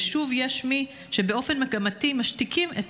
ושוב יש מי שבאופן מגמתי משתיקים את